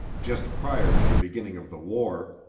just prior to the beginning of the war,